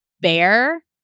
bear